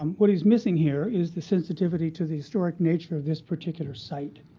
um what he's missing here is the sensitivity to the historic nature of this particular site.